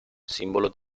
simbolo